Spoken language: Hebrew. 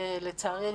לצערי,